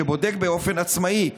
שבודק באופן עצמאי?